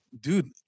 dude